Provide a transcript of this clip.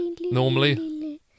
normally